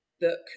book